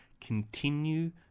continue